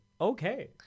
Okay